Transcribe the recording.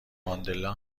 ماندلا